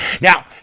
now